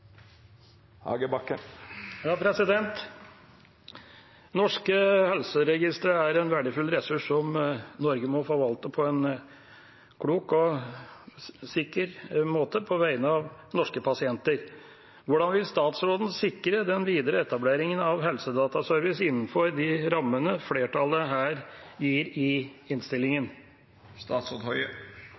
en verdifull ressurs som Norge må forvalte på en klok og sikker måte på vegne av norske pasienter. Hvordan vil statsråden sikre den videre etableringen av Helsedataservice innenfor de rammene flertallet her gir i